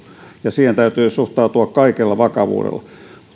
ja siihen täytyy suhtautua kaikella vakavuudella